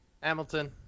Hamilton